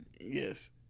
Yes